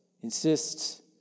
insists